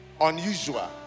unusual